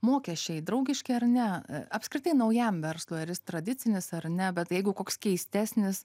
mokesčiai draugiški ar ne apskritai naujam verslui ar jis tradicinis ar ne bet jeigu koks keistesnis